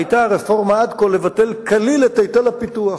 הרפורמה עד כה היתה אמורה לבטל כליל את היטל הפיתוח.